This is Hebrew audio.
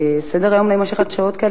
שסדר-היום לא יימשך עד שעות כאלה,